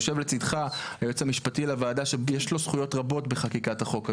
יושב לצידך היועץ המשפטי לוועדה שיש לו זכויות רבות בחקיקת החוק הזה,